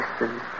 Listen